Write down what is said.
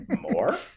more